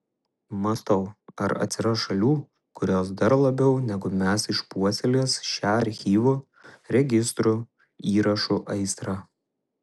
mąstau ar atsiras šalių kurios dar labiau negu mes išpuoselės šią archyvų registrų įrašų aistrą